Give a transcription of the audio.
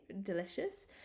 delicious